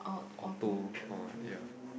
alto oh ya